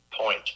point